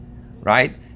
right